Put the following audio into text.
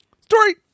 Story